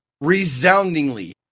resoundingly